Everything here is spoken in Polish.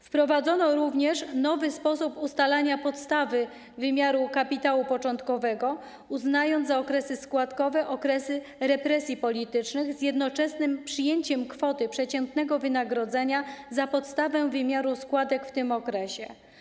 Wprowadzono również nowy sposób ustalania podstawy wymiaru kapitału początkowego, uznając za okresy składkowe okresy represji politycznych z jednoczesnym przyjęciem kwoty przeciętnego wynagrodzenia za podstawę wymiaru składek w tym okresie.